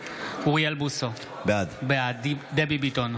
אוריאל בוסו, בעד דבי ביטון,